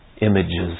images